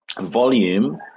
volume